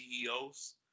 CEOs